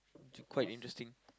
quite interesting